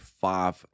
five